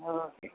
okay